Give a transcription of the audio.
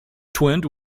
twinned